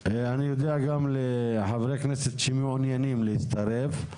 חברי כנסת שמעוניינים יוכלו להצטרף.